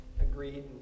agreed